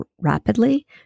rapidly